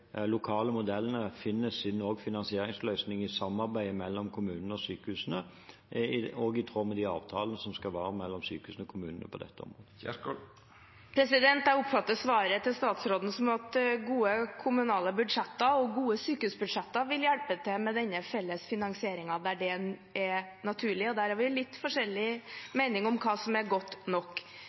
lokale modellene finner sin finansieringsløsning i samarbeidet mellom kommunene og sykehusene, i tråd med de avtalene som skal være mellom sykehusene og kommunene på dette området. Jeg oppfatter svaret til statsråden slik at gode kommunale budsjetter og gode sykehusbudsjetter vil hjelpe til med denne felles finansieringen der det er naturlig. Der har vi litt forskjellig mening om hva som er godt nok